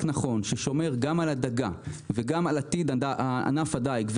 נכון ששומר גם על הדגה וגם על עתיד ענף הדיג,